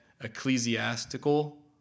ecclesiastical